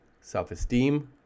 self-esteem